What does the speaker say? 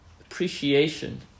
appreciation